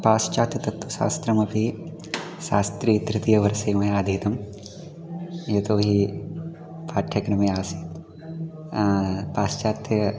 पाश्चात्य तत्त्वशास्त्रमपि शास्त्री तृतीय वर्षे मया अधीतं यतो हि पाठ्यक्रमे आसीत् पाश्चात्य